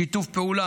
שיתוף פעולה,